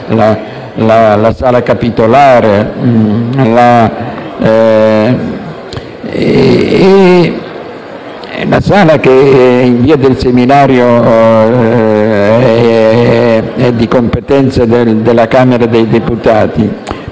alla Sala capitolare e alla Sala in via del Seminario, di competenza della Camera dei deputati,